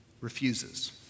refuses